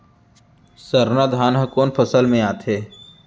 सरना धान ह कोन फसल में आथे?